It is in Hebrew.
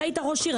אתה היית ראש עיר,